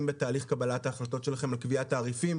בתהליך קבלת ההחלטות שלכם על קביעת תעריפים,